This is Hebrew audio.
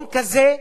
ביפו,